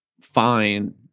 fine